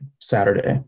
Saturday